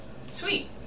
Sweet